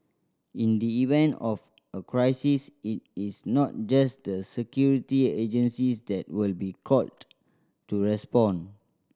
in the event of a crisis it is not just the security agencies that will be called to respond